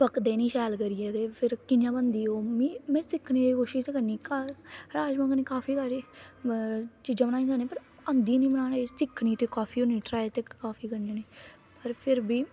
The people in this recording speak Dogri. पकदे नीं शैल करिये फिर कियां बनंदी में सिक्खने दी कोशिश ते करनी राजमांआंदे नीं बनाने सिक्खनी ते काफी होनी ट्राई ते काफी करनी होनी पर फिर बी